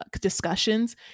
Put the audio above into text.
discussions